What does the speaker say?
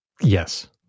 yes